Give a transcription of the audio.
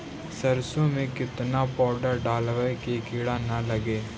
सरसों में केतना पाउडर डालबइ कि किड़ा न लगे?